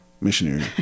missionary